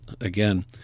again